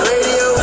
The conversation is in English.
Radio